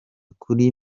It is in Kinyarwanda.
kuri